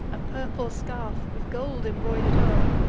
a purple scarf, with gold embroider'd o'er,